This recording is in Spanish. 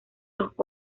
los